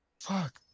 Fuck